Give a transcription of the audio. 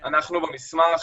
במסמך,